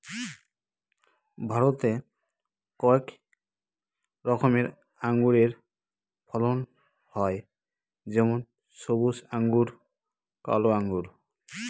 ভারতে কয়েক রকমের আঙুরের ফলন হয় যেমন সবুজ আঙ্গুর, কালো আঙ্গুর